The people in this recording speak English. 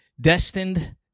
destined